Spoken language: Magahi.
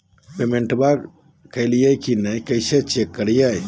पेमेंटबा कलिए की नय, कैसे चेक करिए?